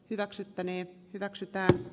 hyväksyttäneen hyväksytään